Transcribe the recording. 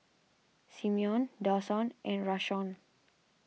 Simeon Dawson and Rashawn